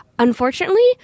Unfortunately